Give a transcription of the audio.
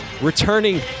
returning